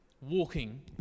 walking